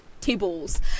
tables